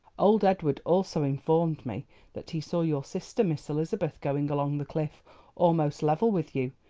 old edward also informed me that he saw your sister, miss elizabeth, going along the cliff almost level with you,